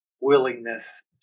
willingness